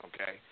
okay